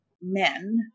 men